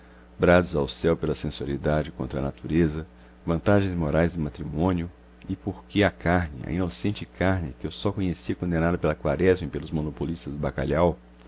brados ao céu pela sensualidade contra a natureza vantagens morais do matrimônio e porque a carne a inocente carne que eu só conhecia condenada pela quaresma e pelos monopolistas do bacalhau